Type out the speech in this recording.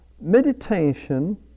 meditation